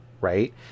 Right